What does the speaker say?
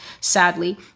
Sadly